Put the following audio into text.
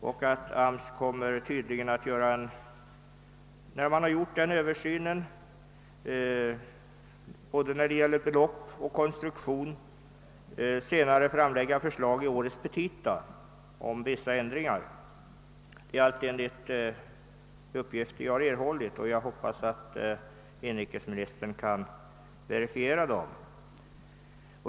Efter denna översyn som skall gälla både belopp och konstruktion kommer man att framlägga förslag i årets petita om vissa ändringar av bestämmelserna. Detta är alltså de uppgifter jag erhållit, och jag hoppas inrikesministern kan verifiera dem.